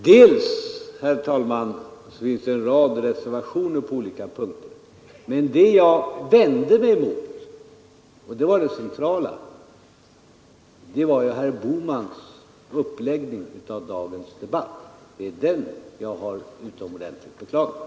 Herr talman! Det finns en rad reservationer på olika punkter, men det jag vände mig emot, och det som var det centrala, var herr Bohmans uppläggning av dagens debatt. Det är den jag har utomordentligt beklagat.